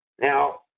Now